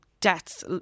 deaths